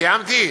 סיימתי?